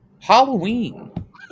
halloween